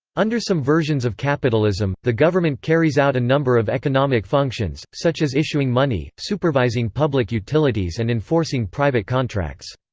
under some versions of capitalism, the government carries out a number of economic functions, such as issuing money, supervising public utilities and enforcing private contracts.